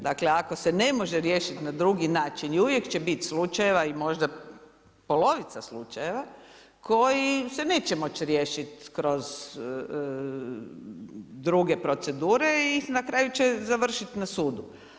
Dakle ako se ne može riješiti na drugi način i uvijek će biti slučajeva i možda polovica slučajeva koji se neće moći riješiti kroz druge procedure i na kraju će završiti na sudu.